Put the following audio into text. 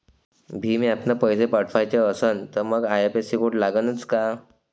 भीम ॲपनं पैसे पाठवायचा असन तर मंग आय.एफ.एस.सी कोड लागनच काय?